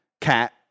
cat